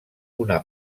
una